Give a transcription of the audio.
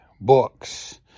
books